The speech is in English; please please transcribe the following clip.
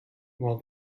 while